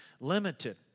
limited